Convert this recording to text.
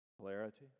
Clarity